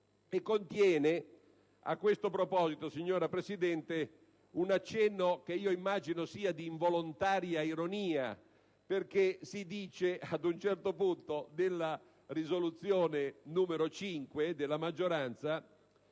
e contiene a tal proposito, signora Presidente, un accenno che immagino sia di involontaria ironia. Si dice, infatti, ad un certo punto della risoluzione della maggioranza